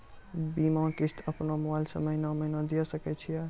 बीमा किस्त अपनो मोबाइल से महीने महीने दिए सकय छियै?